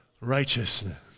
righteousness